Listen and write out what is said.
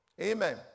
Amen